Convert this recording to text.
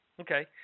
Okay